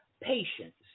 patience